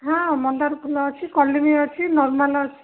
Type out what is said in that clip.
ହଁ ମନ୍ଦାର ଫୁଲ ଅଛି କଲିମୀ ଅଛି ନର୍ମାଲ୍ ଅଛି